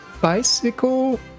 bicycle